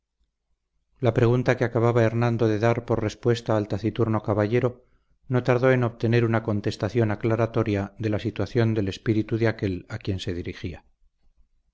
la pregunta que acababa hernando de dar por respuesta al taciturno caballero no tardó en obtener una contestación aclaratoria de la situación del espíritu de aquél a quien se dirigía